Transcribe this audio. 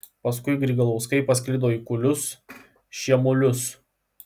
paskui grigalauskai pasklido į kulius šiemulius